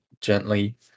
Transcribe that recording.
gently